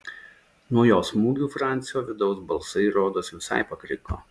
nuo jo smūgių francio vidaus balsai rodos visai pakriko